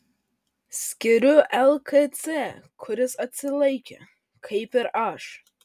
skiriu lkc kuris atsilaikė kaip ir aš